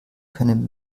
können